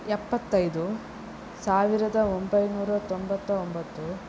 ಎಪ್ಪತ್ತೈದು ಸಾವಿರದ ಒಂಬೈನೂರ ತೊಂಬತ್ತ ಒಂಬತ್ತು